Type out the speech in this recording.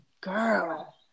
girl